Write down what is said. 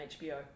HBO